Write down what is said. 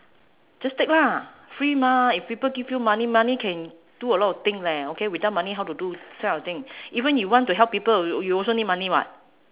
just take lah free mah if people give you money money can do a lot of thing leh okay without money how to do this kind of thing even you want to help people you you also need money [what]